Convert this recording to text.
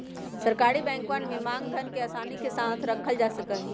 सरकारी बैंकवन में मांग धन के आसानी के साथ रखल जा सका हई